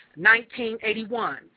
1981